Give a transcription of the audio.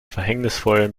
verhängnisvollen